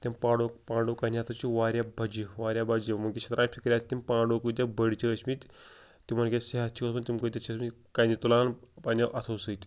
تِم پانڈو پانڈو کَنہِ ہسا چھِ واریاہ بَجہِ واریاہ بَجہِ وٕنۍکٮ۪س چھِ تران فِکرِ آسہِ تِم پانڈو کۭتیٛاہ بٔڑۍ چھِ ٲسۍمٕتۍ تِمن کیٛاہ صحت چھِ اوسمُت تِم کۭتیٛاہ چھِ ٲسۍمٕتۍ کَنہِ تُلان پنٛنٮ۪و اَتھو سۭتۍ